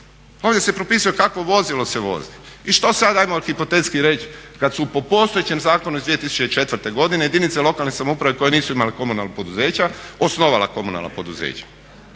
Ovdje se propisuje kakvo vozilo se vozi. I što sada hajmo hipotetski reći kad su po postojećem zakonu iz 2004. godine jedinice lokalne samouprave koje nisu imale komunalna poduzeća osnovale komunalna poduzeća.